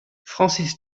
francis